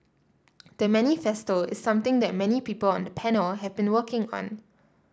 the manifesto is something that many people on the panel have been working